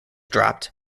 dropped